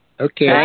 Okay